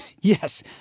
Yes